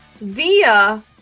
via